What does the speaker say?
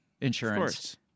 insurance